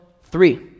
three